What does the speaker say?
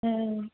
ம்